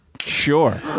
Sure